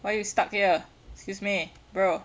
why you stuck here excuse me bro